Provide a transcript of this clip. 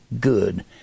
good